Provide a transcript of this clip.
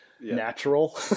natural